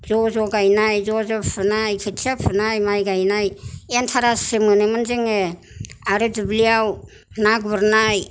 ज' ज' गायनाय ज' ज' फुनाय खोथिया फुनाय माइ गायनाय एन्थारास सो मोनोमोन जोङो आरो दुब्लियाव ना गुरनाय